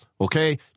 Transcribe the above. Okay